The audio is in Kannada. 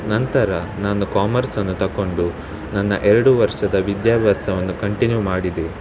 ನಂತರ ನಾನು ಕಾಮರ್ಸನ್ನು ತೊಗೊಂಡು ನನ್ನ ಎರಡು ವರ್ಷದ ವಿದ್ಯಾಭ್ಯಾಸವನ್ನು ಕಂಟಿನ್ಯೂ ಮಾಡಿದೆ